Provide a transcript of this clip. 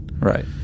Right